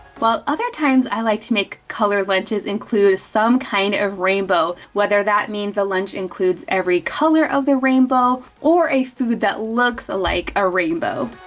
while other times i like to make color lunches include some kind of rainbow, whether that means a lunch includes every color of the rainbow, or a food that looks like a rainbow.